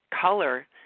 color